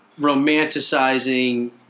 romanticizing